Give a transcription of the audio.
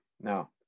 Now